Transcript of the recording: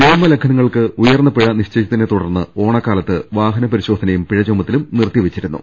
നിയമ ലംഘനങ്ങൾക്ക് ഉയർന്ന പിഴ നിശ്ചയിച്ചതിനെ തുടർന്ന് ഓണക്കാ ലത്ത് വാഹനപരിശോധനയും പിഴചുമത്തലും നിർത്തി വെച്ചിരുന്നു